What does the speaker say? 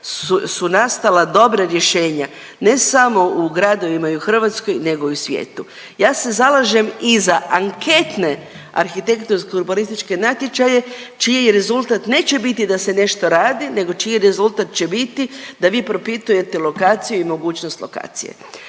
su nastala dobra rješenja, ne samo u gradovima i u Hrvatskoj nego i u svijetu. Ja s zalažem i za anketne arhitektonsko-urbanističke natječaje čiji rezultat neće biti da se nešto radi nego čiji rezultat će biti da vi propitujete lokaciju i mogućnost lokacije.